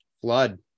Flood